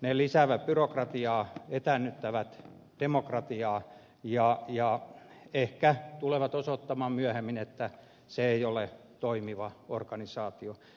ne lisäävät byrokratiaa etäännyttävät demokratiaa ja ehkä osoittautuu myöhemmin että se ei ole toimiva organisaatio